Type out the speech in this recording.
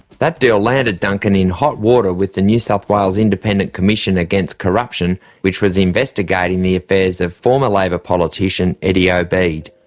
that deal landed duncan in hot water with the new south wales independent commission against corruption which was investigating the affairs of former labor politician eddie obeid.